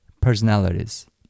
personalities